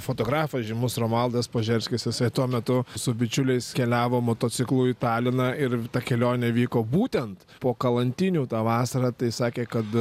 fotografas žymus romualdas požerskis jisai tuo metu su bičiuliais keliavo motociklu į taliną ir ta kelionė vyko būtent po kalantinių tą vasarą tai sakė kad